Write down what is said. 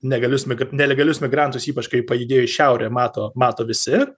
negalius mig nelegalius migrantus ypač kai pajudėjo į šiaurę mato mato visi